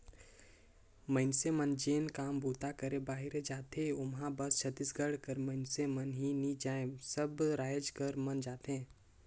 मइनसे मन जेन काम बूता करे बाहिरे जाथें ओम्हां बस छत्तीसगढ़ कर मइनसे मन ही नी जाएं सब राएज कर मन जाथें